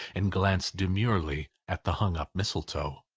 and glanced demurely at the hung-up mistletoe.